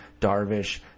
darvish